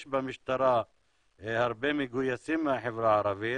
יש במשטרה הרבה מגויסים מהחברה הערבית,